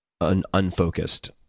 unfocused